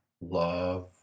love